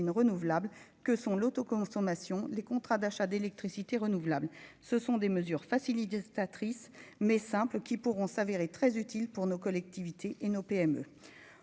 renouvelable que sont l'autoconsommation, les contrats d'achat délicat. Renouvelable, ce sont des mesures facilitent gestatrice mais Simple qui pourront s'avérer très utile pour nos collectivités et nos PME,